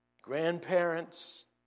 grandparents